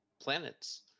planets